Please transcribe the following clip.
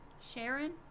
sharon